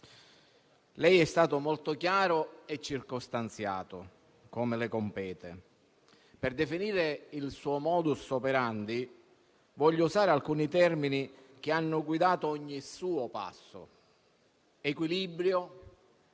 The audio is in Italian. lei è stato molto chiaro e circostanziato, come le compete. Per definire il suo *modus operandi* voglio usare alcuni termini che hanno guidato ogni suo passo: equilibrio,